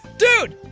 dude.